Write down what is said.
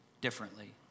differently